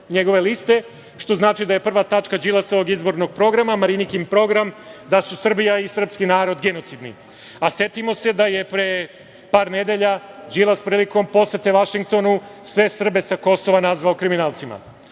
što znači da je prva tačka Đilasovog izbornog programa Marinikin program, da su Srbija i srpski narod genocidni. Setimo se da je pre par nedelja Đilas prilikom posete Vašingtonu sve Srbe sa Kosova nazvao kriminalcima.A,